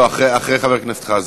אחרי חבר הכנסת חזן.